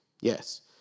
yes